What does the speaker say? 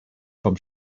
vom